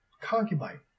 concubine